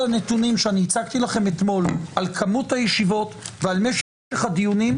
הנתונים שהצגתי לכם אתמול על כמות הישיבות ועל משך הדיונים,